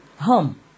home